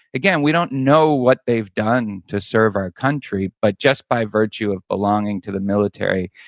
again, we don't know what they've done to serve our country, but just by virtue of belonging to the military,